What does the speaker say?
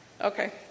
Okay